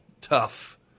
tough